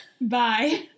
Bye